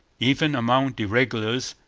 even among the regulars,